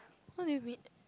what do you meet